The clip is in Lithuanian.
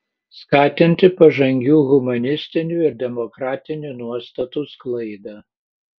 skatinti pažangių humanistinių ir demokratinių nuostatų sklaidą